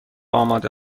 آماده